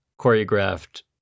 choreographed